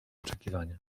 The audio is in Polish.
oczekiwania